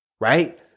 right